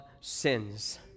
sins